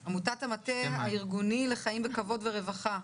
יושב-ראש עמותת המטה הארגוני לחיים בכבוד וברווחה,